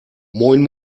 moin